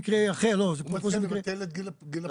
אתה אומר לבטל את גיל הפרישה.